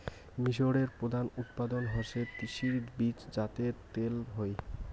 মিশরে প্রধান উৎপাদন হসে তিসির বীজ যাতে তেল হই